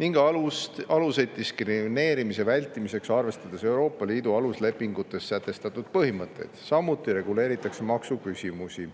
ning aluseid diskrimineerimise vältimiseks, arvestades Euroopa Liidu aluslepingutes sätestatud põhimõtet. Samuti reguleeritakse maksuküsimusi,